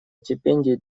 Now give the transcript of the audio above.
стипендий